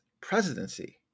presidency